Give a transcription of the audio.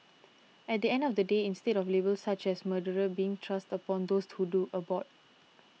at the end of the day instead of labels such as murderer being thrust upon those who do abort